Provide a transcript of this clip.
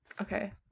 okay